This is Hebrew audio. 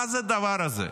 מה זה הדבר הזה?